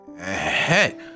Hey